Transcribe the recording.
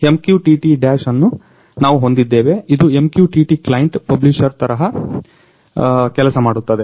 MQTT Dash ಅನ್ನು ನಾವು ಹೊಂದಿದ್ದೇವೆ ಇದು MQTT ಕ್ಲೈಂಟ್ ಪಬ್ಲಿಷರ್ ತರಹ ಕೆಲಸ ಮಾಡುತ್ತದೆ